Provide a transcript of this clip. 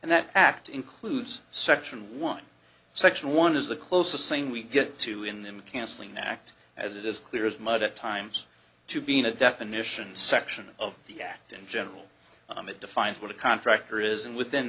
and that act includes section one section one is the closest thing we get to in the cancelling act as it is clear as mud at times to be in a definition section of the act in general it defines what a contractor is and within